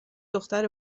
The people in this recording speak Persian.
دختر